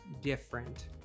different